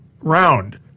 round